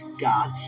God